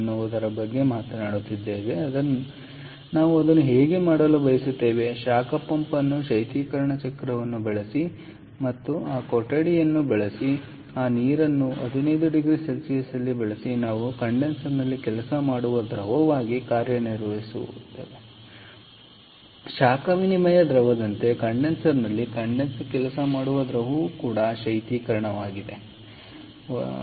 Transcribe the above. ಆದ್ದರಿಂದ ನಾವು ಅದನ್ನು ಮತ್ತೆ ಹೇಗೆ ಮಾಡಲು ಬಯಸುತ್ತೇವೆ ಶಾಖ ಪಂಪ್ ಅನ್ನು ಶೈತ್ಯೀಕರಣ ಚಕ್ರವನ್ನು ಬಳಸಿ ಮತ್ತು ಈ ಕೊಠಡಿಯನ್ನು ಬಳಸಿ ಅಥವಾ ಈ ನೀರನ್ನು 15ಡಿಗ್ರಿC ಯಲ್ಲಿ ಬಳಸಿ ನಾವು ಕಂಡೆನ್ಸರ್ನಲ್ಲಿ ಕೆಲಸ ಮಾಡುವ ದ್ರವವಾಗಿ ಕಾರ್ಯನಿರ್ವಹಿಸುವ ದ್ರವವಲ್ಲ ಕ್ಷಮಿಸಿ ಶಾಖ ವಿನಿಮಯ ದ್ರವದಂತೆ ಕಂಡೆನ್ಸರ್ನಲ್ಲಿ ಕೆಲಸ ಮಾಡುವ ದ್ರವವು ಶೈತ್ಯೀಕರಣವಾಗಿದೆ ಸರಿ